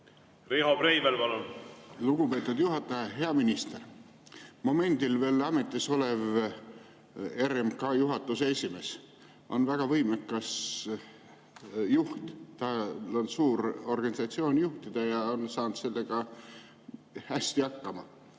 hästi hakkama. Lugupeetud juhataja! Hea minister! Momendil veel ametis olev RMK juhatuse esimees on väga võimekas juht, tal on suur organisatsioon juhtida ja ta on saanud sellega hästi hakkama.